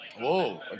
Whoa